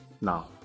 now